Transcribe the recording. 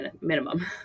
minimum